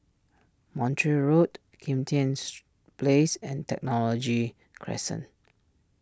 Montreal Road Kim Tian's Place and Technology Crescent